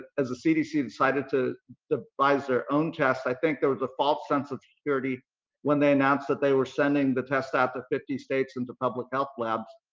as the cdc decided to devise their own tests. i think there was a false sense of security when they announced that they were sending the test out to fifty states into public health labs.